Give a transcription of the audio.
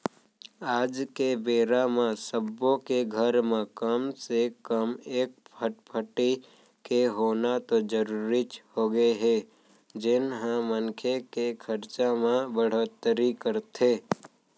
आज के बेरा म सब्बो के घर म कम से कम एक फटफटी के होना तो जरूरीच होगे हे जेन ह मनखे के खरचा म बड़होत्तरी करथे